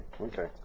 okay